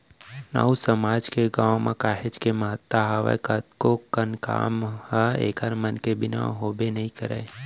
नाऊ समाज के गाँव म काहेच के महत्ता हावय कतको कन काम मन ह ऐखर मन के बिना हाबे नइ करय